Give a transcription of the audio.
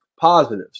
positives